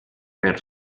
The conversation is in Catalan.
per